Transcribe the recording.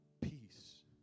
peace